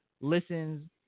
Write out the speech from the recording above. listens